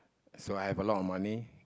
so I have a lot of money